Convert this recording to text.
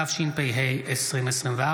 התשפ"ה 2024,